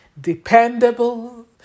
Dependable